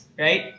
Right